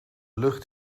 lucht